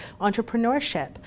Entrepreneurship